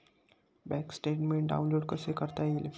Bank statement download कसे करता येईल?